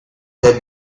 that